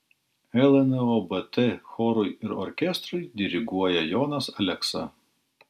lnobt chorui ir orkestrui diriguoja jonas aleksa